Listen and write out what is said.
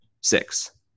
six